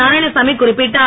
நாராயணசாமி குறிப்பிட்டார்